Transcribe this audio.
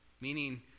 Meaning